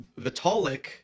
Vitalik